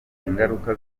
ingaruka